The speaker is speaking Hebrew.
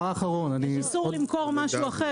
אסור למכור משהו אחר.